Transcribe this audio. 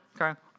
okay